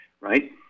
right